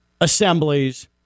assemblies